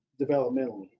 developmentally